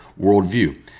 worldview